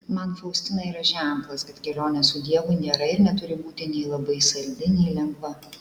man faustina yra ženklas kad kelionė su dievu nėra ir neturi būti nei labai saldi nei lengva